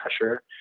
pressure